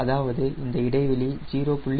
அதாவது இந்த இடைவெளி 0